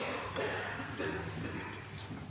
president